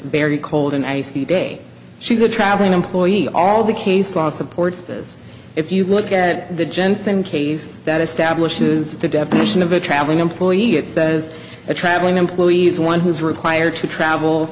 very cold and as the day she's a traveling employee all the case law supports this if you look at the jensen case that establishes the definition of a traveling employee it says a traveling employee's one who is required to travel